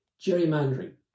gerrymandering